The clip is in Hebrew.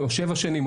או שבע שנים,